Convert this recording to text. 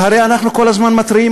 והרי אנחנו כל הזמן מתריעים,